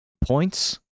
points